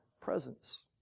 presence